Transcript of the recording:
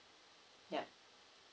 ya